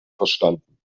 verstanden